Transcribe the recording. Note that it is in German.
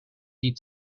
die